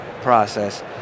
process